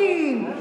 נאורים,